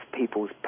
people's